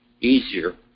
easier